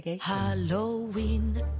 Halloween